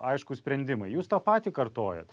aiškūs sprendimai jūs tą patį kartojat